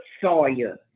sawyer